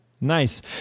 Nice